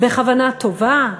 בכוונה טובה,